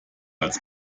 als